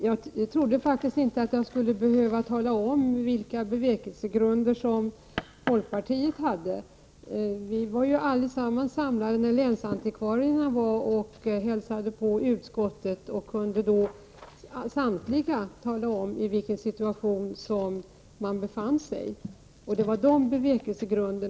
Fru talman! Jag trodde inte att jag skulle behöva tala om vilka bevekelsegrunder folkpartiet hade. Vi var ju alla samlade när länsantikvarierna besökte utskottet, och de kunde tala om i vilken situation de befann sig. Det är folkpartiets bevekelsegrunder.